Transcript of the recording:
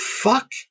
Fuck